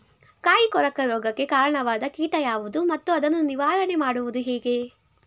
ಕಾಯಿ ಕೊರಕ ರೋಗಕ್ಕೆ ಕಾರಣವಾದ ಕೀಟ ಯಾವುದು ಮತ್ತು ಅದನ್ನು ನಿವಾರಣೆ ಮಾಡುವುದು ಹೇಗೆ?